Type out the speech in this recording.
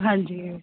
ਹਾਂਜੀ